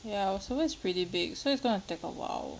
ya our server is pretty big so it's gonna take awhile